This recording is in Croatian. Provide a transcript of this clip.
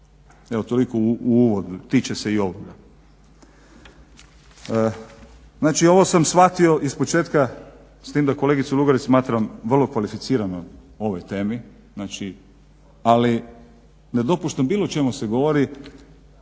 Evo toliko u uvodu, tiče se i ovoga. Znači ovo sam shvatio iz početka, s tim da kolegicu Lugarić smatram vrlo kvalificiranom u ovoj temi ne dopuštam bilo čemu se govori,